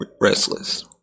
restless